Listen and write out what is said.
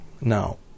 now